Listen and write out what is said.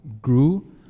Grew